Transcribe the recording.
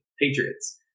Patriots